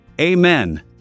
Amen